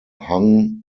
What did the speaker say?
hung